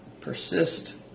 Persist